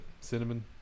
Cinnamon